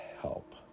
help